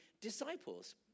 disciples